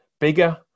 Bigger